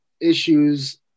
issues